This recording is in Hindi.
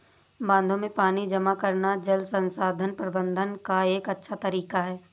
बांधों में पानी जमा करना जल संसाधन प्रबंधन का एक अच्छा तरीका है